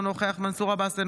אינו נוכח מנסור עבאס,